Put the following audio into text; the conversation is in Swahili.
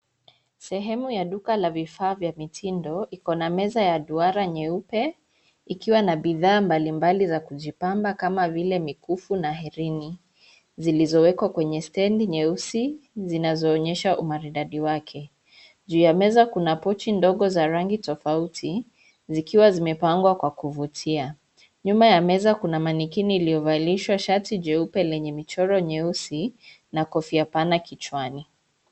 Sehemu ya duka la vifaa vya mitindo ikona meza ya duara nyeupe, ikiwa na bidhaa mbalimbali za kujipamba kama vile mikufu na herini zilizowekwa kwenye stendi nyeusi zinazoonyesha umaridadi wake. Juu ya meza kuna pochi ndogo za rangi tofauti zikiwa zimepangwa kwa kuvutia. Nyuma ya meza kuna manikini iliyovalishwa shati jeupe lenye michoro nyeusi, na kofia pana kichwani.